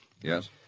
Yes